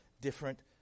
different